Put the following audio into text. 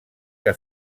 que